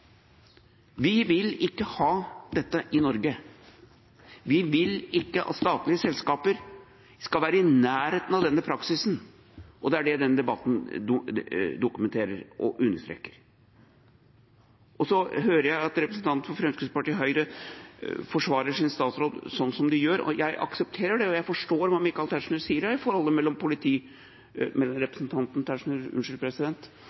Vi vil ikke ha dette i Norge, vi vil ikke at statlige selskaper skal være i nærheten av denne praksisen, og det er det denne debatten dokumenterer og understreker. Så hører jeg at representanter for Fremskrittspartiet og Høyre forsvarer sin statsråd som de gjør. Jeg aksepterer det, og jeg forstår hva representanten Michael Tetzschner sier her om forholdet mellom politi